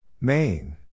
Main